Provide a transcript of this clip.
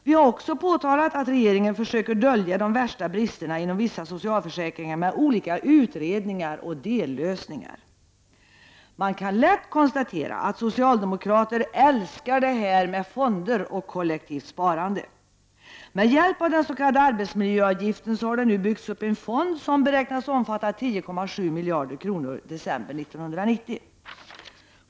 Vi har också påtalat att regeringen försöker dölja de värsta bristerna inom vissa socialförsäkringar med olika utredningar och dellösningar. Man kan lätt konstatera att socialdemokraterna älskar det här med fonder och kollektivt sparande. Med hjälp av den s.k. arbetsmiljöavgiften har man nu byggt upp en fond som beräknas omfatta 10,7 miljarder kronor i december 1990.